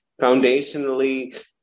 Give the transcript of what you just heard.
foundationally